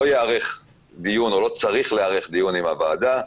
לא ייערך דיון או לא צריך להיערך דיון עם הוועדה,